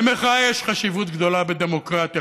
למחאה יש חשיבות גדולה בדמוקרטיה,